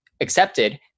accepted